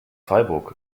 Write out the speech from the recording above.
freiburg